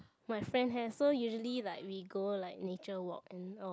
my friend have so usually like we go like nature walk and all